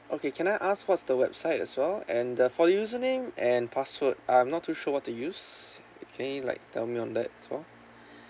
okay can I ask what's the website as well and the for username and password I'm not too sure what to use if any like tell me on that as well